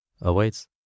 awaits